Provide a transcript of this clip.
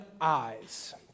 eyes